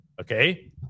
Okay